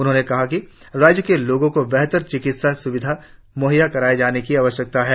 उन्होंने कहा राज्य के लोगों को बेहतर चिकित्सा सुविधाएं मुहैय्या कराए जाने की आवश्यकता है